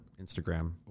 Instagram